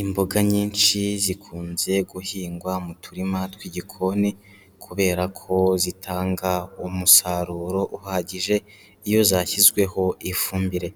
Imboga nyinshi zikunze guhingwa mu turima tw'igikoni kubera ko zitanga umusaruro uhagije, iyo zashyizweho ifumbire.